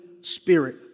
spirit